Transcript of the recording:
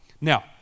Now